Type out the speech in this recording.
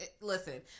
listen